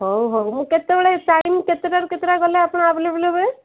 ହଉ ହଉ ମୁଁ କେତେବେଳେ ଟାଇମ୍ କେତେଟାରୁ କେତେଟା ଗଲେ ଆପଣ ଆଭେଲେବୁଲ୍ ହେବେ